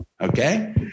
Okay